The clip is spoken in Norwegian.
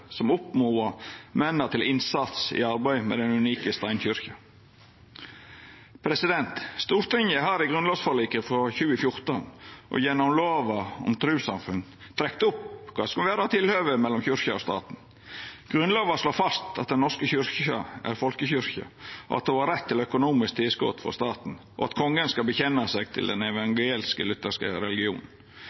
som oppmoda mennene til innsats i arbeidet med den unike steinkyrkja. Stortinget har i grunnlovsforliket frå 2014 og gjennom lova om trussamfunn trekt opp kva som skal vera tilhøvet mellom kyrkja og staten. Grunnlova slår fast at Den norske kyrkja er ei folkekyrkje, at ho har rett til økonomisk tilskot frå staten, og at kongen skal vedkjenna seg til den